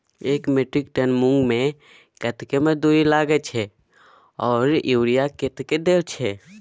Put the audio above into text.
एक metric tonne मूंग में कतेक मजदूरी लागे छै आर यूरिया कतेक देर छै?